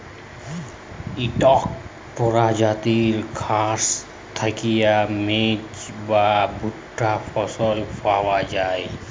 ইকট পরজাতির ঘাঁস থ্যাইকে মেজ বা ভুট্টা ফসল পাউয়া যায়